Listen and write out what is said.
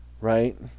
right